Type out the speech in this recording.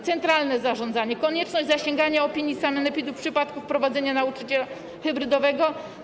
Centralne zarządzanie, konieczność zasięgania opinii sanepidu w przypadku wprowadzenia nauczania hybrydowego.